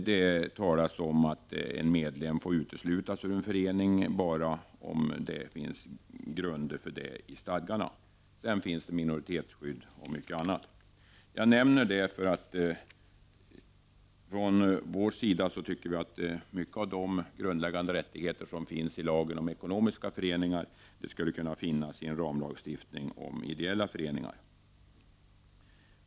Det talas om att en medlem får uteslutas bara om det finns grund för detta i stadgarna. Det finns också regler om minoritetsskydd och om mycket annat. Jag nämner dessa exempel därför att vi i centern tycker att många av de grundläggande rättigheterna i lagen om ekonomiska föreningar också skulle finnas i en ramlagstiftning om ideella föreningar.